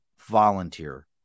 volunteer